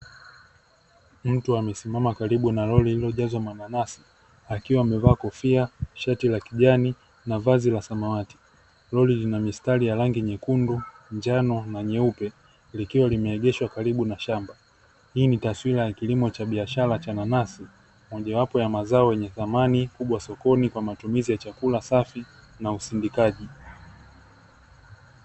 Mtu amesimama karibu ya lori lililojazwa mananasi, akiwa ameva kofia, shati la kijani na vazi la samawati. Lori lina mistari ya rangi nyekundu, njano na nyeupe, likiwa limeegeshwa karibu na shamba. Hii ni taswira ya kilimo cha biashara cha nanasi, mojawapo ya mazao yenye thamani kubwa sokoni, kwa matumizi ya chakula safi na usindikaji.